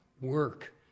work